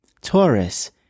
Taurus